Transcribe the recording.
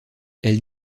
elle